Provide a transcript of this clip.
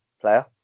player